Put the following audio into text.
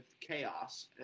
chaos